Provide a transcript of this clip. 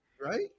Right